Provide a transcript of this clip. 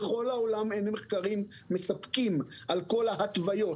בכל העולם אין מחקרים מספקים על כל ההתוויות,